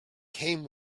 came